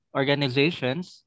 organizations